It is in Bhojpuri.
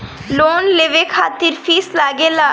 लोन लेवे खातिर फीस लागेला?